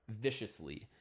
viciously